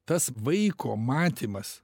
tas vaiko matymas